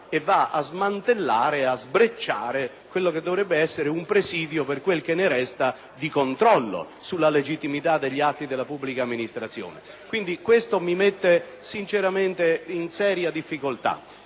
e va a smantellare, a sbrecciare quello che dovrebbe essere un presidio, per quel ne che ne resta, di controllo sulla legittimità degli atti della pubblica amministrazione. Questo mi mette sinceramente in seria difficoltà.